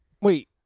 Wait